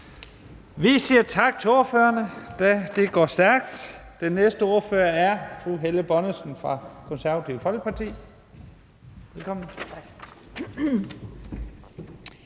Vi siger tak til ordføreren. Det går stærkt. Den næste ordfører er fru Helle Bonnesen fra Det Konservative Folkeparti. Velkommen.